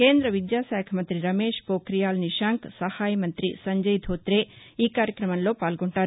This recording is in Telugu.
కేంద్ర విద్యాశాఖ మంతి రమేష్ పోక్రియాల్ నిశాంక్ సహాయ మంతి సంజయ్ ధోతే ఈ కార్యక్రమంలో పాల్గొంటారు